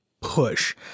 push